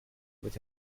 with